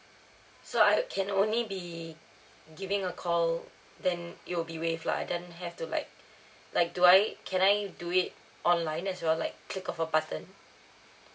so I can only be giving a call then it will be waive lah then have to like like do I can I do it online as well like click of a button